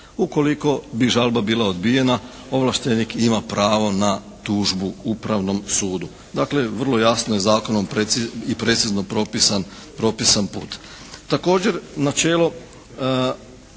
Ukoliko bi žalba bila odbijena ovlaštenik ima pravo na tužbu Upravnom sudu. Dakle, vrlo je jasno i zakonom i precizno propisan put.